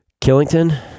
Killington